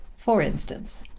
for instance,